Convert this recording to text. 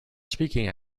speaking